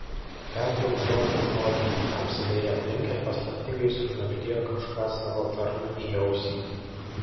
perduok žodis žodin apsidairė aplink ir paslaptingai sušnabždėjo kažką savo tarnui į ausį